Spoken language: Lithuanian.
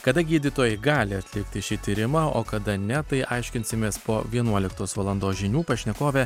kada gydytojai gali atlikti šį tyrimą o kada ne tai aiškinsimės po vienuoliktos valandos žinių pašnekovė